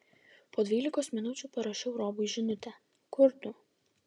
po dvylikos minučių parašau robiui žinutę kur tu